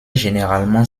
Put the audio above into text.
généralement